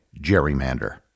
gerrymander